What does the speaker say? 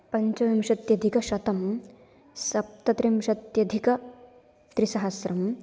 पञ्चविंशत्यधिकशतम् सप्तत्रिंशत्यधिकत्रिसहस्रम्